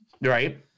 Right